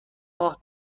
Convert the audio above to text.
ماه